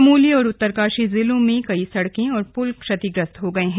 चमोली और उत्तरकाशी जिलों में कई सडकें और पुल क्षतिग्रस्त हो गये हैं